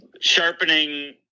sharpening